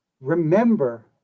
remember